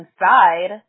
inside